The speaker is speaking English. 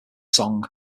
song